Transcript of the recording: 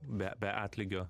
be be atlygio